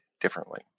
differently